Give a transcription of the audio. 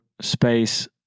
space